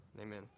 amen